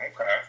Okay